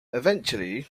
eventually